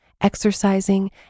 exercising